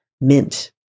mint